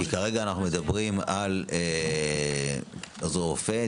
כי כרגע אנחנו מדברים על עוזרי רופא,